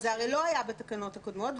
זה הרי לא היה בתקנות הקודמות,